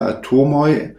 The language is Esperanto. atomoj